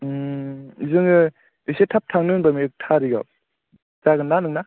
जोङो एसे थाब थांनो होनबामोन एक थारिकाव जागोन ना नोंना